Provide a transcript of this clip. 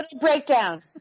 breakdown